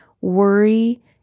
Worry